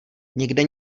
někde